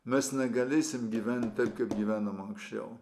mes negalėsim gyvent taip kaip gyvenom anksčiau